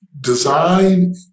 design